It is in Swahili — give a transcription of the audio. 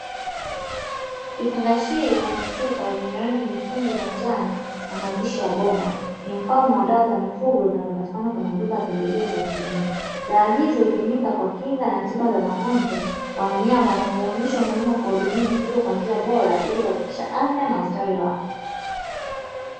Kifungashio na chupa vyenye rangi nyekundu na njano na mandishi ya boma ni mfano wa dawa za mifugo zinazopatikana kwenye maduka ya pembejeo za kilimo. Dawa hizo hutumika kwa kinga na tiba za magonjwa kwa wanyama na huonesha umuhimu wa kuwahudumia mifugo kwa njia bora ili kuhakikisha afya na ustawi wao.